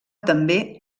també